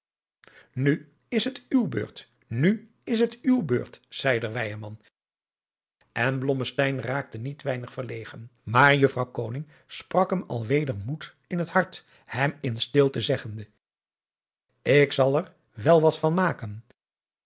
nu is t uw beurt nu is t uw beurt zeide weyerman en blommesteyn raakte niet weinig verlegen maar juffrouw koning sprak hem al weder moed in t hart hem in stilte zeggende ik zal er wel wat van maken